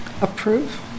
Approve